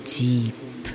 deep